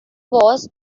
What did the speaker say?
was